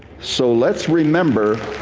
so let's remember